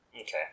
Okay